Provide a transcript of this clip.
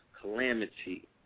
calamity